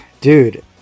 dude